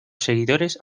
seguidores